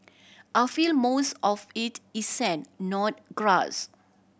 I feel most of it is sand not grass